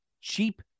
cheap